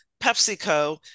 PepsiCo